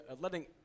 letting